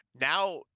now